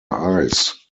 ice